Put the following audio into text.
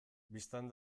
bistan